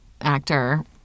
actor